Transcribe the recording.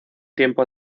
tiempo